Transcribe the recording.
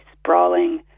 sprawling